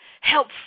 help